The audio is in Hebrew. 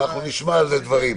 אנחנו נשמע על זה דברים.